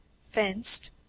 fenced